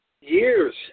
years